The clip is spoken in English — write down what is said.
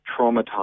traumatized